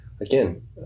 again